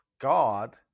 God